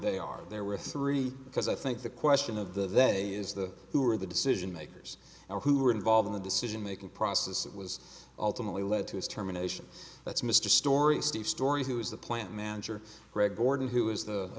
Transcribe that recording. they are there were three because i think the question of the day is the who are the decision makers or who are involved in the decision making process that was ultimately led to his terminations that's mr story steve story who is the plant manager greg borden who is the